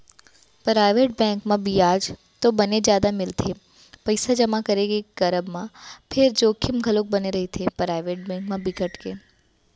private bank म बियाज तो बने जादा मिलथे पइसा जमा के करब म फेर जोखिम घलोक बने रहिथे, पराइवेट बेंक म बिकट के